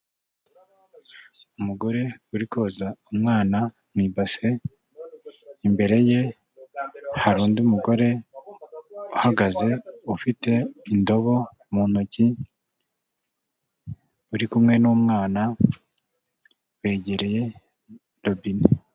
Umugore uri koza umwana mu ibase, imbere ye hari undi mugore uhagaze ufite indobo mu ntoki uri kumwe n'umwana, begereye robine.